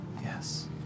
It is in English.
Yes